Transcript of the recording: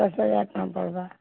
ଦଶ୍ ହଜାର୍ ଟଙ୍କା ପଡ଼୍ବା